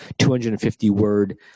250-word